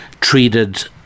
treated